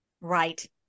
right